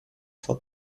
for